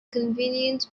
convenient